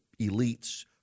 elites